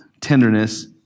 tenderness